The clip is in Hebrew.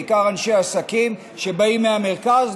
בעיקר אנשי עסקים שבאים מהמרכז,